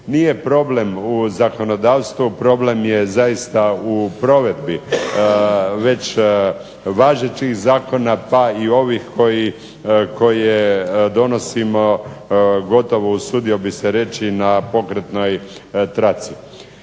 nije problem u zakonodavstvu, problem je zaista u provedbi već važećih zakona pa i ovih koje donosimo gotovo usudio bih se reći na pokretnoj traci.